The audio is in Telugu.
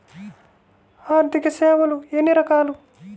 ఆర్థిక సేవలు ఎన్ని రకాలు?